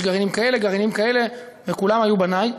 יש גרעינים כאלה, גרעינים כאלה, וכולם היו בני,